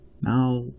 now